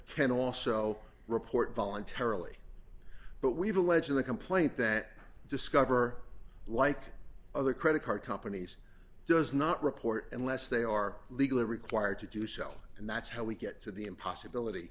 can also report voluntarily but we've alleged in the complaint that discover like other credit card companies does not report unless they are legally required to do so and that's how we get to the impossibility